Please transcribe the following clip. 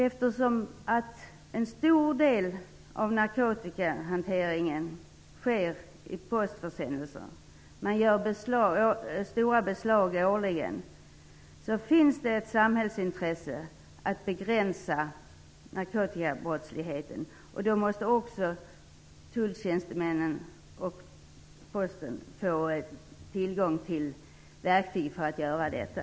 Eftersom en stor del av narkotikahanteringen sker med postförsändelser - man gör stora beslag årligen - och eftersom det finns ett samhällsintresse att begränsa narkotikabrottsligheten, måste också tulltjänstemännen och posten få tillgång till verktyg för att göra detta.